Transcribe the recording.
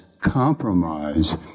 compromise